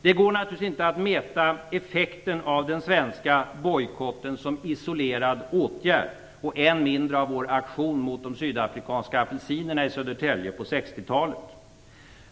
Det går naturligtvis inte att mäta effekten av den svenska bojkotten som isolerad åtgärd - och än mindre av vår aktion mot de sydafrikanska apelsinerna i Södertälje på 60-talet.